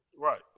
Right